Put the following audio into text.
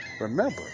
remember